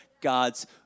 God's